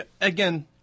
Again